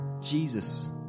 Jesus